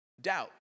Doubt